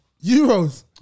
Euros